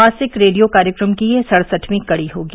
मासिक रेडियो कार्यक्रम की यह सड़सठवीं कड़ी होगी